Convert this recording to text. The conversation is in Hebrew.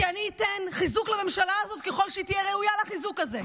כי אני אתן חיזוק לממשלה הזו ככל שהיא תהיה ראויה לחיזוק הזה.